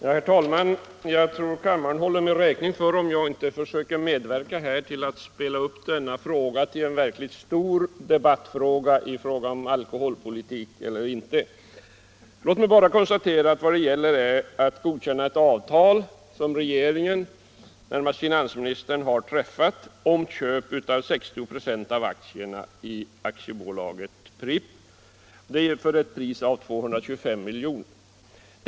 Herr talman! Jag tror att kammarens ledamöter håller mig räkning för att jag inte medverkar till att här spela upp denna fråga till en stor alkoholpolitisk debatt. Låt mig bara konstatera att vad det gäller är att godkänna ett avtal som regeringen — närmast finansministern — har träffat om köp av 60 KH av aktierna i AB Pripps Bryggerier för ett pris av 225 milj.kr.